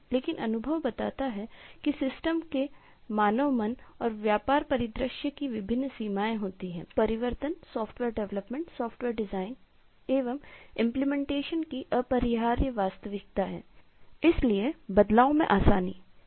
इसलिए बदलाव में आसानी को हमेशा ध्यान में रखना चाहिए